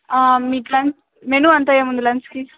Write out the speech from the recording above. మీ లం మెనూ అంతా ఏమి ఉంది లంచ్కి